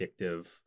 addictive